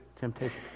temptation